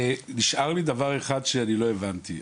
נשאר לי דבר אחד שאני לא הבנתי.